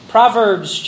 Proverbs